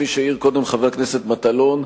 כפי שהעיר קודם חבר הכנסת מטלון,